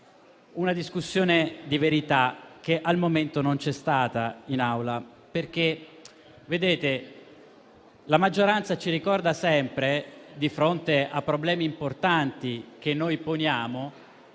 della discussione, cosa che al momento non è accaduta in Aula, perché la maggioranza ci ricorda sempre, di fronte a problemi importanti che poniamo,